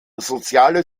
soziale